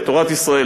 לתורת ישראל,